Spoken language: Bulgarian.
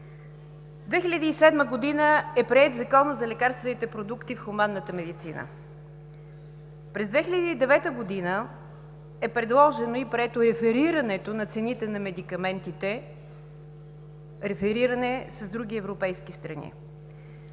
2007 г. е приет Законът за лекарствените продукти в хуманната медицина. През 2009 г. е предложено и прието реферирането на цените на медикаментите – рефериране с други европейски страни.